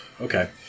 Okay